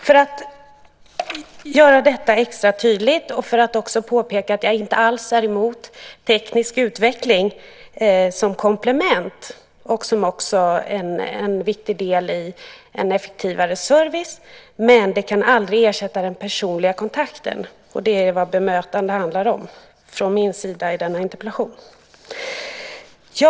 Jag vill göra detta extra tydligt och också påpeka att jag inte alls är emot teknisk utveckling som komplement. Det är en viktig del i en effektivare service. Men det kan aldrig ersätta den personliga kontakten. Det är vad bemötande handlar om från min sida i denna interpellation.